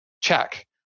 check